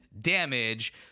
damage